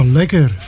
lekker